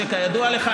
שכידוע לך,